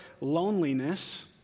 loneliness